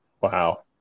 Wow